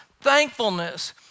thankfulness